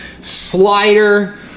slider